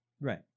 Right